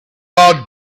are